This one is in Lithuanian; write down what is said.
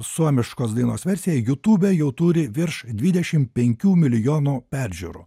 suomiškos dainos versija jutube jau turi virš dvidešimt penkių milijonų peržiūrų